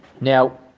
Now